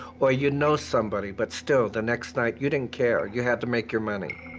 or you'd know somebody. but still, the next night, you didn't care. you had to make your money.